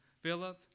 Philip